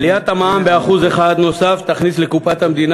עליית המע"מ ב-1% נוסף תכניס לקופת המדינה